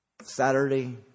Saturday